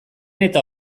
eta